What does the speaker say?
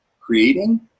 creating